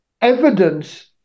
evidence